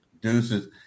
Deuces